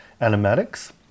animatics